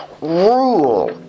rule